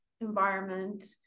environment